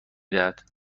دهد